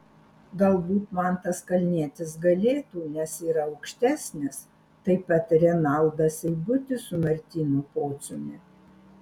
galbūt mantas kalnietis galėtų nes yra aukštesnis taip pat renaldas seibutis su martynu pociumi